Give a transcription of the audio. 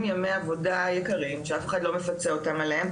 ימי עבודה יקרים שאף אחד לא מפצה אותם עליהם,